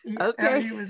Okay